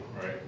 Right